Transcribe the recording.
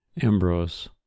Ambrose